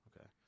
Okay